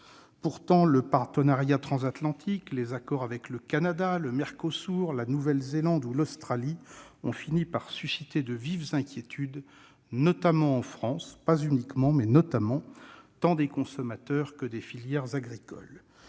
Pourtant, le partenariat transatlantique, le Mercosur, les accords avec le Canada, la Nouvelle-Zélande ou l'Australie ont fini par susciter de vives inquiétudes, notamment en France, tant des consommateurs que des filières agricoles.